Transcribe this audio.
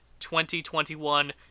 2021